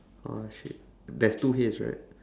oh shit there's two hays right